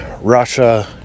Russia